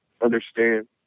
understand